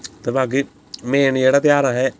ते बाकी मेन जेह्ड़ा तेहार अहें